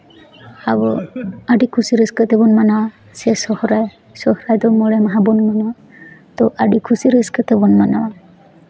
ᱟᱵᱚ ᱟᱹᱰᱤ ᱠᱩᱥᱤ ᱨᱟᱹᱥᱠᱟᱹ ᱛᱮᱵᱚᱱ ᱢᱟᱱᱟᱣᱟ ᱥᱮ ᱥᱚᱨᱦᱟᱭ ᱥᱚᱨᱦᱟᱭ ᱫᱚ ᱢᱚᱬᱮ ᱢᱟᱦᱟ ᱵᱚᱱ ᱢᱟᱱᱟᱣᱟ ᱛᱚ ᱟᱹᱰᱤ ᱠᱩᱥᱤ ᱨᱟᱹᱥᱠᱟᱹ ᱛᱮᱵᱚᱱ ᱢᱟᱱᱟᱣᱟ